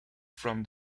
from